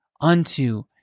unto